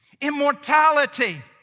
Immortality